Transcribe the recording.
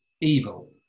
evil